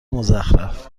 مزخرف